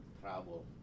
travel